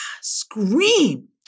scream